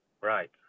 Right